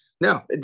No